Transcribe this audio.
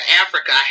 Africa